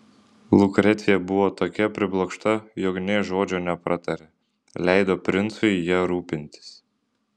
lukrecija buvo tokia priblokšta jog nė žodžio nepratarė leido princui ja rūpintis